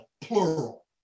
plural